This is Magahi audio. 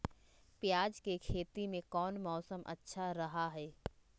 प्याज के खेती में कौन मौसम अच्छा रहा हय?